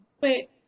Wait